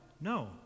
No